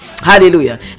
Hallelujah